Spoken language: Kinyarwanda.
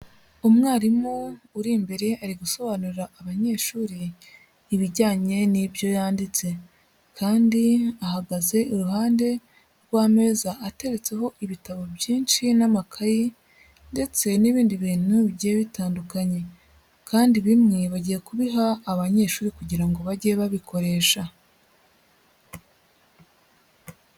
Umwarimu uri imbere ari gusobanurira abanyeshuri ibijyanye n'ibyo yanditse kandi ahagaze iruhande rw'ameza ateretseho ibitabo byinshi n'amakaye ndetse n'ibindi bintu bigiye bitandukanye kandi bimwe bagiye kubiha abanyeshuri kugira ngo bajye babikoresha.